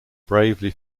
bravely